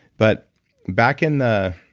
but back in the